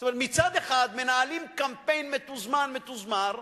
זאת אומרת, מצד אחד מנהלים קמפיין מתוזמן, מתוזמר,